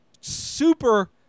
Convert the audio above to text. super